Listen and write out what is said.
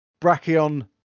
Brachion